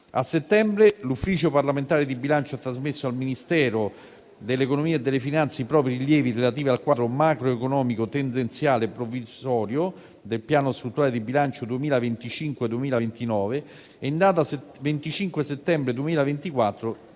A settembre, l'Ufficio parlamentare di bilancio ha trasmesso al Ministero dell'economia e delle finanze i propri rilievi relativi al quadro macroeconomico tendenziale provvisorio del Piano strutturale di bilancio 2025-2029 e, in data 25 settembre 2024,